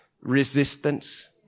resistance